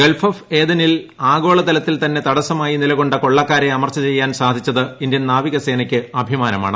Gulf of എഡനിൽ ആഗോളതലത്തിൽ തന്നെ തടസ്സമായി നിലകൊണ്ട കൊള്ളക്കാരെ അമർച്ച ചെയ്യാൻ സാധിച്ചത് ഇന്ത്യൻ നാവിക സേനയ്ക്ക് അഭിമാനമാണ്